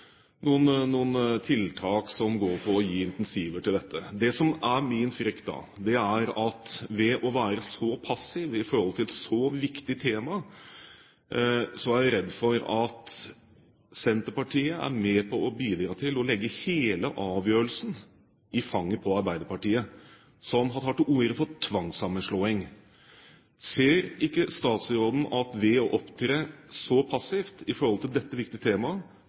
noen tiltak som går på å gi incentiver til dette. Det som er min frykt, er at ved å være så passiv i forhold til et så viktig tema, er Senterpartiet med på å bidra til å legge hele avgjørelsen i fanget på Arbeiderpartiet, som har tatt til orde for tvangssammenslåing. Ser ikke statsråden at hun ved å opptre så passivt i forhold til dette viktige temaet